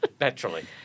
naturally